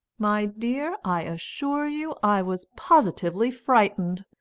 my dear, i assure you i was positively frightened.